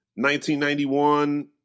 1991